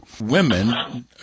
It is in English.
women